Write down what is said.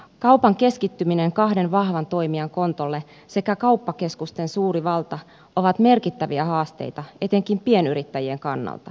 kaupan keskittyminen kahden vahvan toimijan kontolle sekä kauppakeskusten suuri valta ovat merkittäviä haasteita etenkin pienyrittäjien kannalta